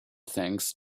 thanks